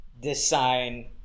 design